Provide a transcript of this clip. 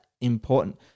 important